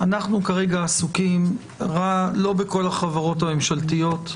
אנחנו כרגע עסוקים לא בכל החברות הממשלתיות,